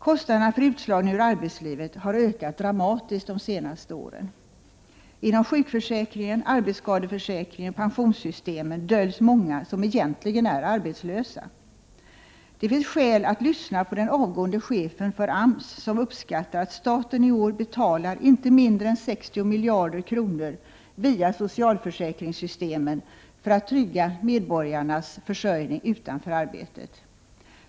Kostnaderna för utslagningen ur arbetslivet har ökat dramatiskt de senaste åren. Inom sjukförsäkringen, arbetsskadeförsäkringen och pensionssystemen döljs många som egentligen är arbetslösa. Det finns skäl att lyssna på den avgående chefen för AMS som uppskattar att staten i år betalar inte mindre än 60 miljarder kronor via socialförsäkringssystemen för att trygga medborgarnas försörjning utanför arbetet.